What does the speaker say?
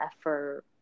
effort